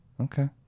Okay